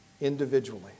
individually